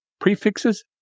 Prefixes